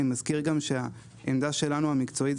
אני מזכיר גם שהעמדה המקצועית שלנו היא